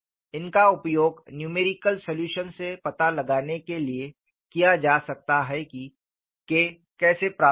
इनका उपयोग numerical solution से पता लगाने के लिए किया जा सकता है कि K कैसे प्राप्त करें